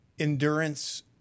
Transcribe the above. Endurance